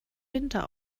winter